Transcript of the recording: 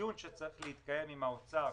הדיון שצריך להתקיים עם משרד האוצר,